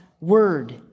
Word